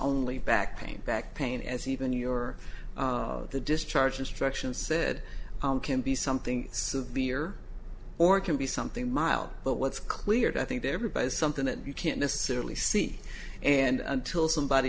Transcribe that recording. only back pain back pain as even your the discharge instructions said can be something severe or can be something mild but what's clear to i think there but is something that you can't necessarily see and until somebody